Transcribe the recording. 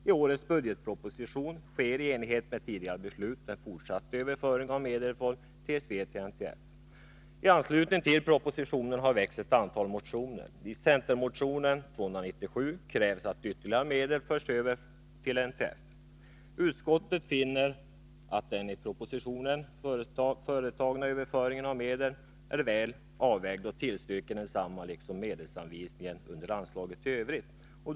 I årets budgetproposition sker i enlighet med tidigare beslut en fortsatt överföring av medel från TSV till NTF. I anslutning till propositionen har väckts ett antal motioner. I en centermotion, nr 297, krävs att ytterligare medel överförs till NTF. Utskottet finner att den i propositionen företagna överföringen av medel är väl avvägd och tillstyrker densamma liksom medelsanvisningen under anslaget i övrigt.